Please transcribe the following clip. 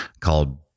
called